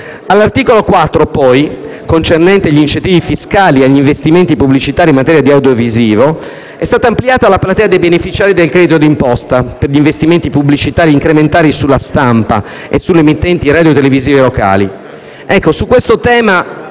All'articolo 4, poi, concernente gli incentivi fiscali agli investimenti pubblicitari in materia di audiovisivo, è stata ampliata la platea dei beneficiari del credito d'imposta per gli investimenti pubblicitari incrementali sulla stampa e sulle emittenti radiotelevisive locali. Su questo tema